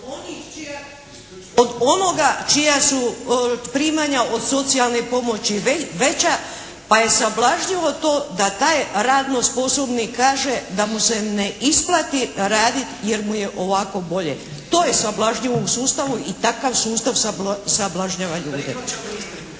onoga čija su primanja od socijalne pomoći veća pa je sablažnjivo to da taj radno sposobni kaže da mu se ne isplati raditi jer mu je ovako bolje. To je sablažnjivo u sustavu i takav sustav sablažnjava ljude. … /Upadica: